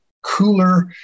cooler